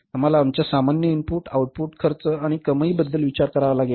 आम्हाला आमच्या सामान्य इनपुट आउटपुट खर्च आणि कमाईबद्दल विचार करावा लागेल